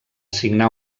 signar